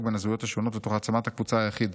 בין הזהויות השונות ותוך העצמת הקבוצה והיחיד.